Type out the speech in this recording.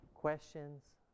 questions